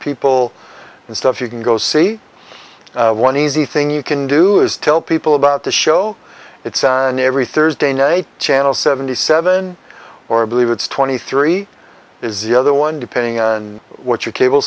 people and stuff you can go see one easy thing you can do is tell people about the show it's on every thursday night channel seventy seven or believe it's twenty three is the other one depending on what your cable